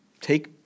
take